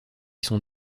sont